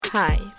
Hi